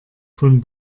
von